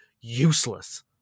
useless